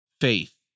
faith